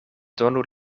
donu